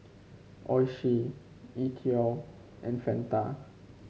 Oishi E TWOW and Fanta